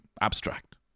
abstract